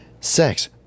Sex